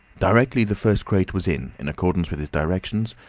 directly the first crate was, in in accordance with his directions,